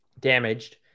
damaged